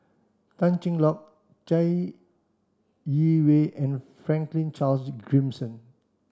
Tan Cheng Lock Chai Yee Wei and Franklin Charles Gimson